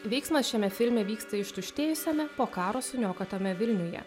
veiksmas šiame filme vyksta ištuštėjusiame po karo suniokotame vilniuje